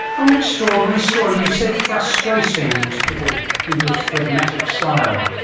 um an extraordinary story. you said frustrating in typical english phlegmatic style.